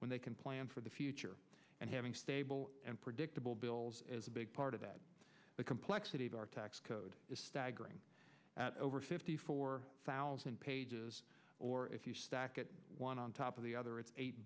when they can plan for the future and having stable and predictable bills is a big part of that the complexity of our tax code is staggering at over fifty four thousand pages or if you stack it one on top of the other it's eight